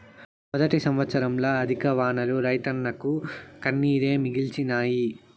మొదటి సంవత్సరంల అధిక వానలు రైతన్నకు కన్నీరే మిగిల్చినాయి